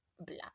Blah